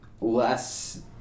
less